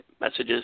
messages